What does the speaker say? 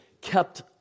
kept